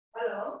Hello